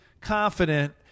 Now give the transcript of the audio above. confident